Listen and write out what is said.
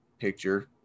picture